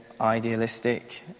idealistic